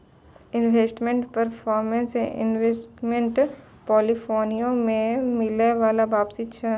investment performance investment portfolio पे मिलै बाला वापसी छै